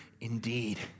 indeed